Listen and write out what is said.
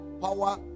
power